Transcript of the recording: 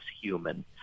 human